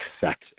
sex